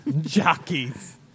Jockeys